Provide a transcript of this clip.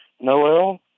Noel